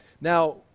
now